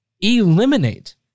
eliminate